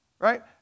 right